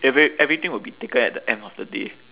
every everything will be taken at the end of the day